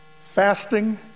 fasting